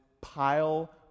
pile